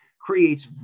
creates